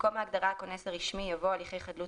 במקום ההגדרה "הכונס הרשמי" יבוא: ""הליכי חדלות